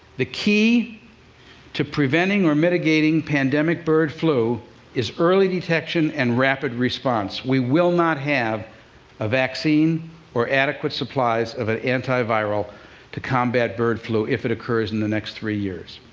the key to preventing or mitigating pandemic bird flu is early detection and rapid response. we will not have a vaccine or adequate supplies of an antiviral to combat bird flu if it occurs in the next three years.